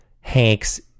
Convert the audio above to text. Hank's